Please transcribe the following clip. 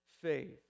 faith